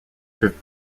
peuvent